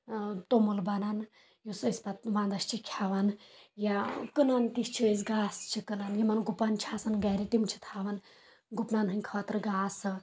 تومُل بَنن یُس أسۍ پَتہٕ وَنٛدس چھِ کھٮ۪وان یا کٕنان تہِ چھِ أسۍ گاسہٕ چھِ کٕنان یِمن گُپن چھِ آسان گرِ تِم چھِ تھاوان گُپنن ہٕنٛدۍ خٲطرٕ گاسہٕ